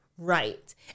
Right